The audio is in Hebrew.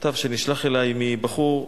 מכתב שנשלח אלי מבחור.